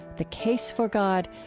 the case for god,